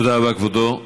תודה רבה, כבודו.